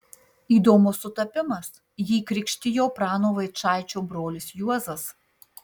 įdomus sutapimas jį krikštijo prano vaičaičio brolis juozas